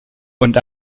und